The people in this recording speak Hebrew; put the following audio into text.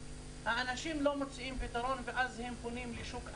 האנשים לא מוצאים פתרון ואז הם פונים לשוק אחר.